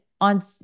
on